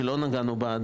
שעדיין לא נגענו בה,